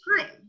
time